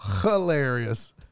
Hilarious